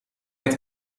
het